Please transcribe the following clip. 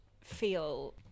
feel